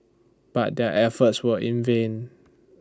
but their efforts were in vain